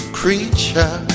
creature